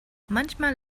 manchmal